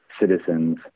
citizens